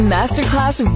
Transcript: Masterclass